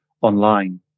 online